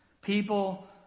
People